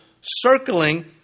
circling